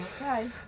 Okay